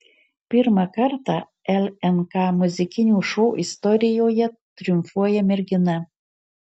pirmą kartą lnk muzikinių šou istorijoje triumfuoja mergina